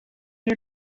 die